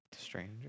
Stranger